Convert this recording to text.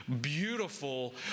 beautiful